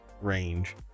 range